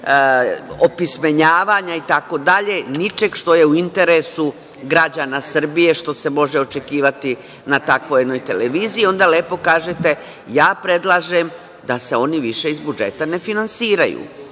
opismenjavanja itd, ničeg što je u interesu građana Srbije, što se može očekivati na takvoj jednoj televiziji. Onda lepo kažete – predlažem da se oni više iz budžeta ne finansiraju.